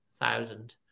Thousand